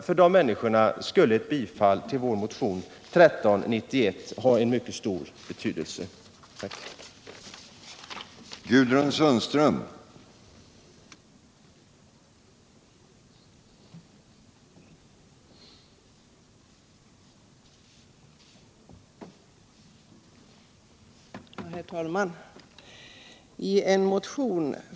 För dessa människor skulle ett bifall till vår motion 1391 ha en mycket stor betydelse. Jag yrkar därför, herr talman, bifall till motionen 1391.